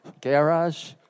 garage